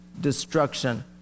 destruction